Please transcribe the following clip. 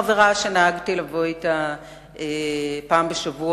חברה שנהגתי לבוא אתה בקביעות פעם בשבוע